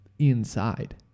Inside